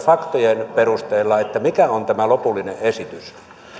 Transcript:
faktojen perusteella mikä on lopullinen esitys